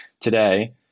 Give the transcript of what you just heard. today